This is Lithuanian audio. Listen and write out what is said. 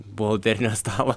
buhalterinio stalo